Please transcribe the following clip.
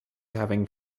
having